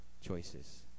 choices